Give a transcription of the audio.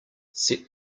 set